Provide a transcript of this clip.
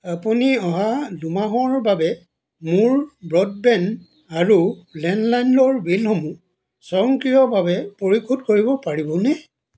আপুনি অহা দুমাহৰ বাবে মোৰ ব্ৰ'ডবেণ্ড আৰু লেণ্ডলাইনৰ বিলসমূহ স্বয়ংক্ৰিয়ভাৱে পৰিশোধ কৰিব পাৰিবনে